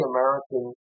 American